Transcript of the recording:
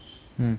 mm